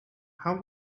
how